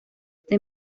este